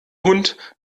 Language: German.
hund